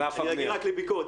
אני רגיל רק לביקורת.